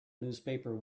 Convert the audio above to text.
newspaper